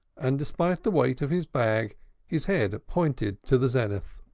and despite the weight of his bag his head pointed to the zenith.